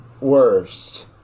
worst